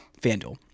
FanDuel